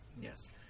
Yes